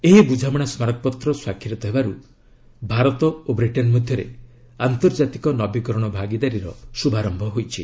ଏହି ବୁଝାମଣା ସ୍ମାରକପତ୍ର ସ୍ୱାକ୍ଷରିତ ହେବାରୁ ଭାରତ ଓ ବ୍ରିଟେନ୍ ମଧ୍ୟରେ ଆନ୍ତର୍ଜାତିକ ନବୀକରଣ ଭାଗିଦାରୀର ଶୁଭାରର୍ଚ୍ଚ ହୋଇଛି